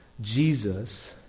Jesus